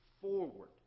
forward